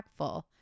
impactful